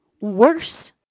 Worse